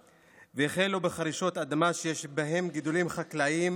והחלו בחרישת אדמה שיש בה גידולים חקלאיים